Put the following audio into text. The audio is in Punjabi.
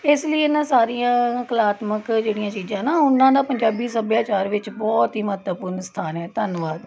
ਇਸ ਲਈ ਇਹਨਾਂ ਸਾਰੀਆਂ ਕਲਾਤਮਕ ਜਿਹੜੀਆਂ ਚੀਜ਼ਾਂ ਨਾ ਉਹਨਾਂ ਦਾ ਪੰਜਾਬੀ ਸੱਭਿਆਚਾਰ ਵਿੱਚ ਬਹੁਤ ਹੀ ਮਹੱਤਵਪੂਰਨ ਸਥਾਨ ਹੈ ਧੰਨਵਾਦ